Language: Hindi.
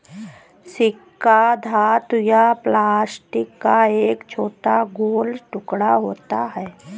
सिक्का धातु या प्लास्टिक का एक छोटा गोल टुकड़ा होता है